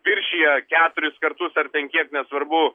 viršija keturis kartus ar ten kiek nesvarbu